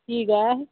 ठीक ऐ